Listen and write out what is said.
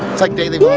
it's like daily